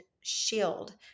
shield